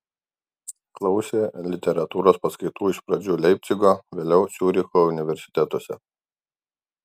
klausė literatūros paskaitų iš pradžių leipcigo vėliau ciuricho universitetuose